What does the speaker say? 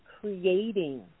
creating